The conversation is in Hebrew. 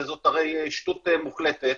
וזו הרי שטות מוחלטת.